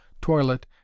toilet